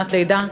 שנת לידה,